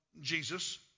Jesus